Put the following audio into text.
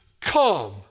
come